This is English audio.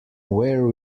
where